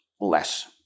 less